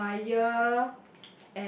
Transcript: admire